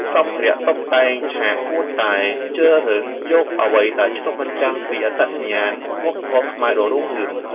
សម្ភារៈតុបតែងឆាកគួរតែជ្រើសរើសយកអ្វីដែលឆ្លុះបញ្ចាំងពីអត្តសញ្ញាណវប្បធម៌ខ្មែរដ៏រុងរឿង។